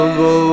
go